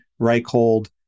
Reichhold